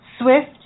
Swift